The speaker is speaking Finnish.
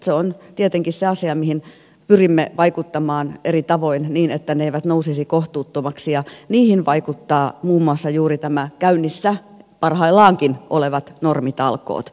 se on tietenkin se asia mihin pyrimme vaikuttamaan eri tavoin niin että ne eivät nousisi kohtuuttomaksi ja niihin vaikuttavat muun muassa juuri nämä käynnissä parhaillaankin olevat normitalkoot